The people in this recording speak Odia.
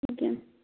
ଆଜ୍ଞା